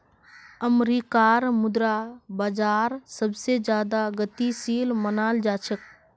अमरीकार मुद्रा बाजार सबसे ज्यादा गतिशील मनाल जा छे